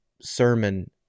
sermon